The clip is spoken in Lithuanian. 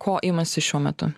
ko imasi šiuo metu